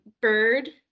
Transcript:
Bird